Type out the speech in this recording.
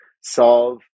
solve